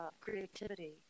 creativity